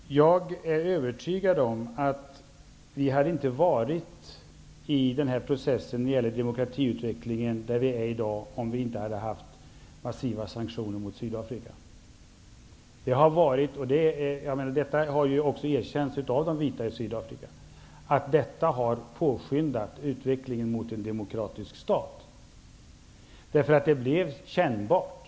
Herr talman! Jag är övertygad om att vi i dag inte hade varit inne i en demokratisk process, om vi inte hade genomfört massiva sanktioner mot Sydafrika. Det har ju också erkänts av de vita i Sydafrika att detta har påskyndat utvecklingen mot en demokratisk stat. Det blev kännbart.